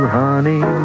honey